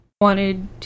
wanted